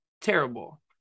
terrible